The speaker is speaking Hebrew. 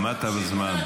עמדת בזמן.